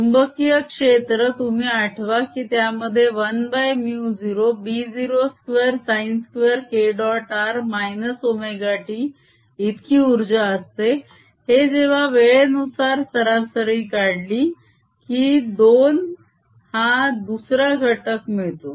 चुंबकीय क्षेत्र तुम्ही आठवा की त्यामध्ये 1μ0 b02 sin 2 k dot r - ωt इतकी उर्जा असते हे जेव्हा वेळेनुसार सरासरी काढली की दोन हा दुसरा घटक मिळतो